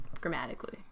grammatically